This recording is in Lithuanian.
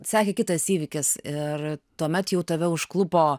sekė kitas įvykis ir tuomet jau tave užklupo